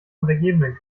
untergebenen